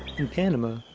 in panama,